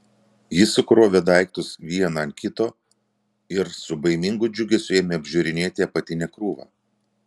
ji sukrovė daiktus vieną ant kito ir su baimingu džiugesiu ėmė apžiūrinėti apatinę krūvą